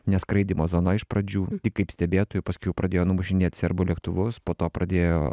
neskraidymo zona iš pradžių tik kaip stebėtojai paskiau pradėjo numušinėt serbų lėktuvus po to pradėjo